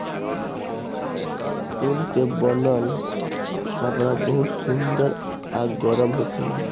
ऊन के बनल कपड़ा बहुते सुंदर आ गरम होखेला